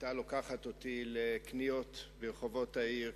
היתה לוקחת אותי לקניות ברחובות העיר,